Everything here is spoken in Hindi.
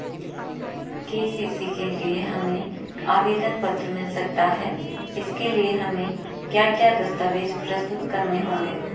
के.सी.सी के लिए हमें आवेदन पत्र मिल सकता है इसके लिए हमें क्या क्या दस्तावेज़ प्रस्तुत करने होंगे?